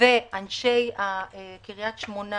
וגם עניין אנשי קריית שמונה